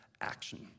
Action